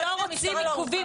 אנחנו לא רוצים עיכובים.